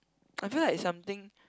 I feel like something